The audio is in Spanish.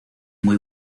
muy